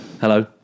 Hello